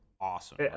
awesome